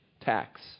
tax